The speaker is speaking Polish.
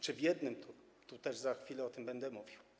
Czy w jednym, to też za chwilę o tym będę mówił.